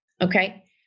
Okay